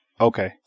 Okay